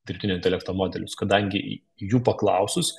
dirbtinio intelekto modelius kadangi jų paklausus